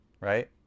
right